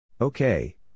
Okay